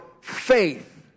faith